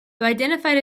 identified